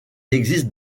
existe